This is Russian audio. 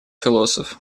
философ